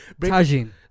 Tajin